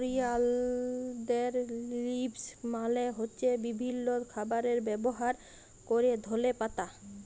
করিয়ালদের লিভস মালে হ্য়চ্ছে বিভিল্য খাবারে ব্যবহার ক্যরা ধলে পাতা